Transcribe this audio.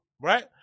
right